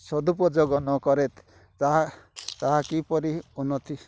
ସଦୁପଯୋଗ ନ କରେ ତାହା ତାହା କିପରି ଉନ୍ନତି